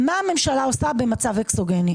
מה הממשלה עושה במצב אקסוגני?